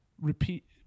repeat